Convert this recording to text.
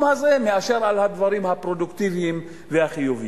הזה מאשר על הדברים הפרודוקטיביים והחיוביים.